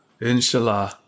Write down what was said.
Inshallah